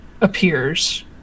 appears